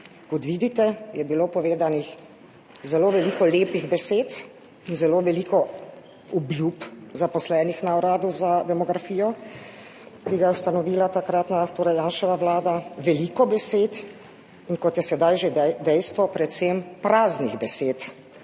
Kot vidite, je bilo povedanih zelo veliko lepih besed, zelo veliko obljub zaposlenih na Uradu za demografijo, ki ga je ustanovila takratna, torej Janševa vlada, veliko besed in, kot je sedaj že dejstvo, predvsem praznih besed,